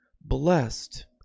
blessed